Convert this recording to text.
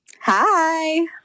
Hi